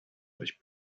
euch